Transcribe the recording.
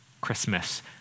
Christmas